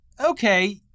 okay